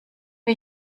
wir